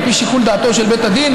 על פי שיקול דעתו של בית הדין,